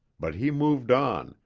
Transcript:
but he moved on,